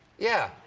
yeah,